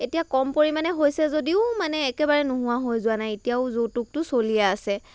এতিয়া কম পৰিমাণে হৈছে যদিও মানে একেবাৰে নোহোৱা হৈ যোৱা নাই এতিয়াও যৌতুকটো চলিয়েই আছে